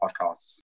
podcasts